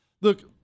Look